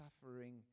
suffering